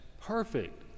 perfect